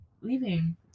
leaving